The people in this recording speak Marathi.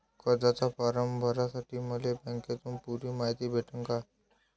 कर्जाचा फारम भरासाठी मले बँकेतून पुरी मायती भेटन का?